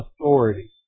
authority